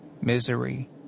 misery